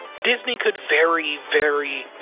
disney could very, very,